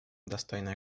достойной